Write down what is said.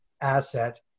asset